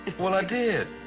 well, i did.